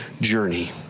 journey